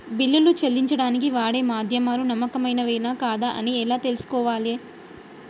బిల్లులు చెల్లించడానికి వాడే మాధ్యమాలు నమ్మకమైనవేనా కాదా అని ఎలా తెలుసుకోవాలే?